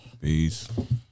Peace